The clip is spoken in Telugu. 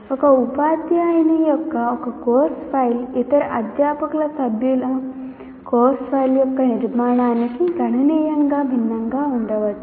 ఒక ఉపాధ్యాయుని యొక్క ఒక కోర్సు ఫైలు ఇతర అధ్యాపక సభ్యుల కోర్సు ఫైలు యొక్క నిర్మాణానికి గణనీయంగా భిన్నంగా ఉండవచ్చు